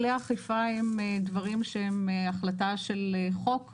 כלי האכיפה הם דברים שהם החלטה של חוק,